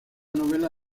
novela